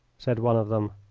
said one of them.